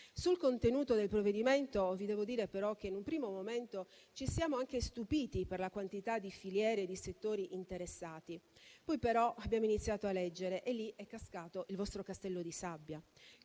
Sul contenuto del provvedimento vi devo dire, però, che in un primo momento ci siamo anche stupiti della quantità di filiere e di settori interessati. Poi abbiamo iniziato a leggere e lì è cascato il vostro castello di sabbia.